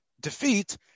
defeat